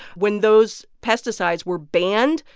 when those pesticides were banned,